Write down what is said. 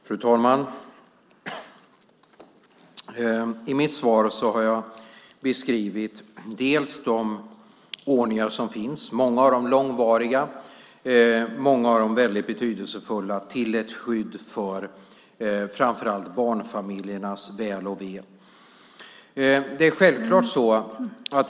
Fru talman! I mitt svar har jag beskrivit de ordningar som finns - många av dem långvariga, många av dem väldigt betydelsefulla - till skydd för framför allt barnfamiljernas väl och ve.